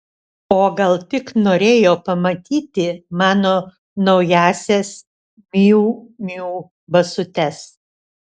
o gal tik norėjo pamatyti mano naująsias miu miu basutes